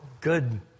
good